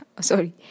Sorry